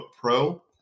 pro